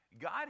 God